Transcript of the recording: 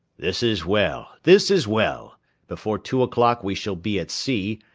this is well, this is well before two o'clock we shall be at sea,